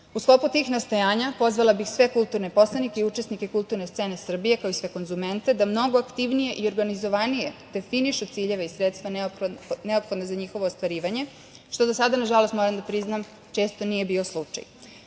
sklopu tih nastojanja pozvala bih sve kulturne poslanike učesnike kulturne scene Srbije, kao i sve konzumente da mnogo aktivnije i organizovanije definišu ciljeve i sredstva neophodna za njihovo ostvarivanje što do sada nažalost, moram da priznam, često nije bio slučaj. Sve